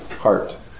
heart